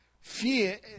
Fear